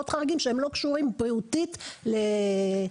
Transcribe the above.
חריגים שהם לא קשורים בריאותית לראש הממשלה.